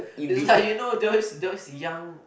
it's like you know there always there always a young